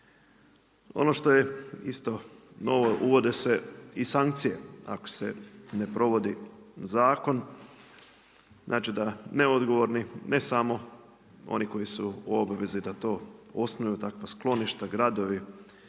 Ono što je isto novo, uvode se i sankcije, ako se ne provodi zakon. Znači da neodgovorni, ne samo, oni koji su u obvezi da to osnuju takva skloništa, gradovi,